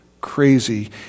crazy